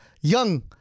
young